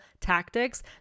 tactics